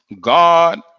God